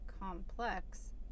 complex